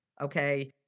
okay